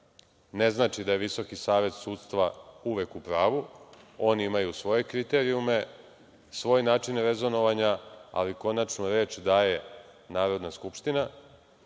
Ne znači da je Visoki savet sudstva uvek u pravu. Oni imaju svoje kriterijume, svoj način rezonovanja, ali konačnu reč daje Narodna skupština